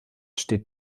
steht